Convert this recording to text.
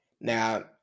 Now